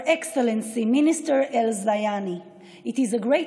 (אומרת דברים בשפה האנגלית, להלן תרגומם: